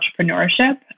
Entrepreneurship